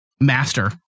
master